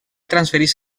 transfereix